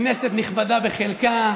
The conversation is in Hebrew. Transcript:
כנסת נכבדה בחלקה,